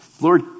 Lord